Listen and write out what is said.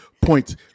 points